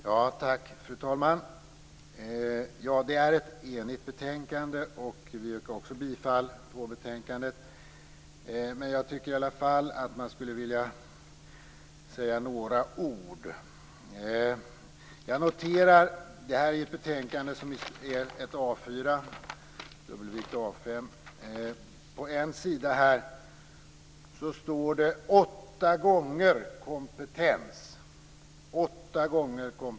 Fru talman! Det är ett enigt utskott, och vi yrkar också bifall till hemställan i betänkandet. Men jag tycker i alla fall att man skulle vilja säga några ord. Jag noterar att det här betänkandet motsvarar en A 4-sida, eller, dubbelvikt, en A 5-sida. På en sida står ordet kompetens åtta gånger.